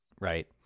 Right